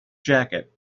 jacket